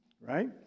right